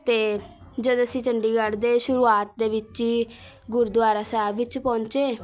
ਅਤੇ ਜਦ ਅਸੀਂ ਚੰਡੀਗੜ੍ਹ ਦੇ ਸ਼ੁਰੂਆਤ ਦੇ ਵਿੱਚ ਹੀ ਗੁਰਦੁਆਰਾ ਸਾਹਿਬ ਵਿੱਚ ਪਹੁੰਚੇ